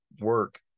work